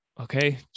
Okay